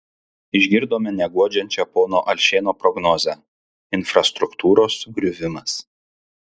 išgirdome neguodžiančią pono alšėno prognozę infrastruktūros griuvimas